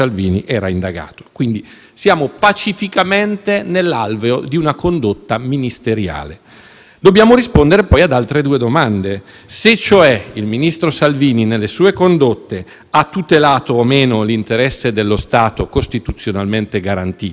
Dobbiamo rispondere poi ad altre due domande, se cioè il ministro Salvini, nelle sue condotte, abbia tutelato o meno l'interesse dello Stato costituzionalmente garantito ovvero se abbia tutelato un interesse pubblico. Queste sono le domande alle quali dobbiamo dare risposta.